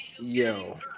Yo